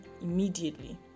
immediately